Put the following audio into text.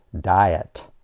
diet